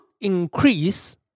increase